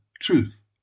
truth